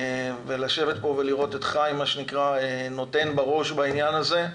לשבת פה ולראות את חיים כץ "נותן בראש" בעניין הזה.